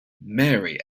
mary